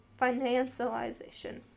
financialization